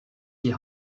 die